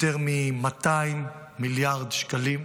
יותר מ-200 מיליארד שקלים.